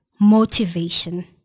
motivation